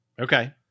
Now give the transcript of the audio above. Okay